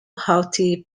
haughty